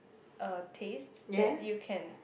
a taste that you can